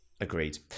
agreed